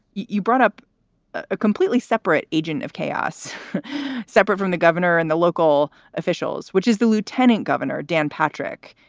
you brought up a completely separate agent of chaos separate from the governor and the local officials, which is the lieutenant governor, dan patrick.